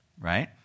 right